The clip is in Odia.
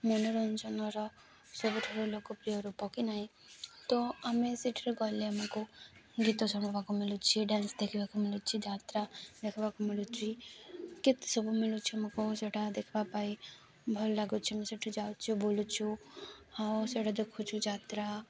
ମନୋରଞ୍ଜନର ସବୁଠାରୁ ଲୋକପ୍ରିୟ ରୂପ କି ନାହିଁ ତ ଆମେ ସେଠାରେ ଗଲେ ଆମକୁ ଗୀତ ଶୁଣବାକୁ ମିଳୁଛି ଡ୍ୟାନ୍ସ ଦେଖିବାକୁ ମିଳୁଛି ଯାତ୍ରା ଦେଖବାକୁ ମିଳୁଚି କେତେ ସବୁ ମିଳୁଛି ଆମକୁ ସେଇଟା ଦେଖିବା ପାଇଁ ଭଲ ଲାଗୁଛି ମୁଁ ସେଇଠି ଯାଉଛୁ ବୁଲୁଛୁ ଆଉ ସେଇଟା ଦେଖୁଛୁ ଯାତ୍ରା